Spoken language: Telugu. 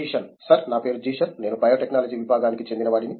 జీషన్ సర్ నా పేరు జీషన్ నేను బయోటెక్నాలజీ విభాగానికి చెందినవాడిని